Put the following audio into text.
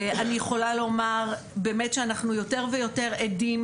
אני יכולה לומר באמת שאנחנו יותר ויותר עדים